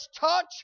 touch